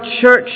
church